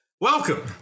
Welcome